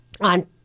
on